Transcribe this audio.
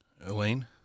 Elaine